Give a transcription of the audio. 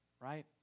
right